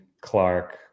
Clark